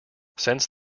since